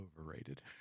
overrated